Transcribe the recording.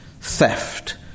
theft